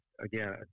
again